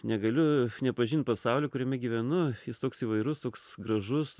negaliu nepažint pasaulio kuriame gyvenu jis toks įvairus toks gražus